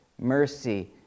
mercy